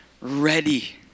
ready